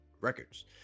records